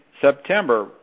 September